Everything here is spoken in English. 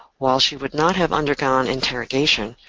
while she would not have undergone interrogation,